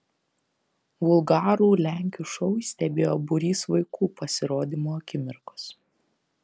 vulgarų lenkių šou stebėjo būrys vaikų pasirodymo akimirkos